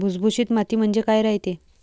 भुसभुशीत माती म्हणजे काय रायते?